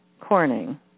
Corning